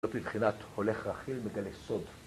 זאת לבחינת הולך רכיל בגלל סוד.